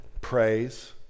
Praise